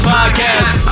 Podcast